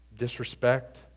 disrespect